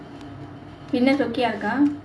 fitness okay ah இருக்கா:irukkaa